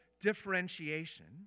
differentiation